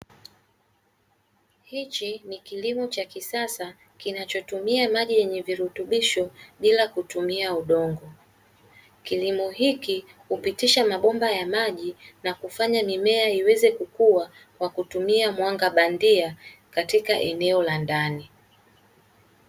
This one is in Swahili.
Hichi ni kilimo cha kisasa kinachotumia maji yenye virutubisho bila kutumia udongo. Kilimo hiki hupitisha mabomba ya maji na kufanya mimea iweze kukua, kwa kutumia mwanga bandia katika eneo la ndani.